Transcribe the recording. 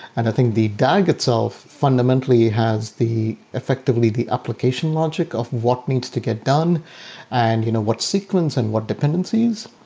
and think the dag itself fundamentally has effectively the application logic of what needs to get done and you know what sequence and what dependencies.